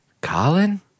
Colin